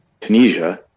Tunisia